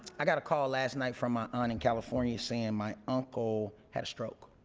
i got a call last night from my aunt in california saying my uncle had a stroke.